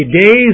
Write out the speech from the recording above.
days